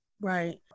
Right